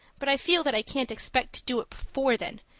but i feel that i can't expect to do it before then,